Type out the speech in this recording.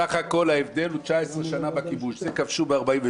סך הכול ההבדל הוא 19 שנה בכיבוש זה ב-48',